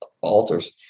altars